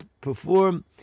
perform